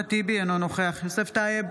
אחמד טיבי, אינו נוכח יוסף טייב,